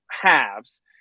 halves